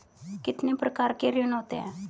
कितने प्रकार के ऋण होते हैं?